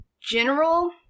general